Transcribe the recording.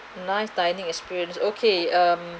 nice dining experience okay um